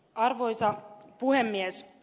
arvoisa puhemies